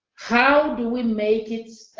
how do we make it,